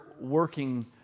working